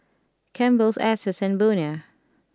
Campbell's Asus and Bonia